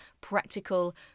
practical